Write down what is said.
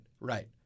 right